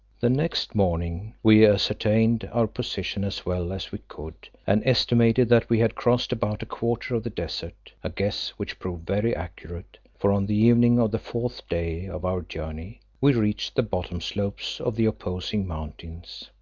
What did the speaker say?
the next morning we ascertained our position as well as we could, and estimated that we had crossed about a quarter of the desert, a guess which proved very accurate, for on the evening of the fourth day of our journey we reached the bottom slopes of the opposing mountains,